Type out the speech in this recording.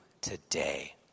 today